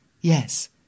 Yes